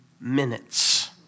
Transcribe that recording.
minutes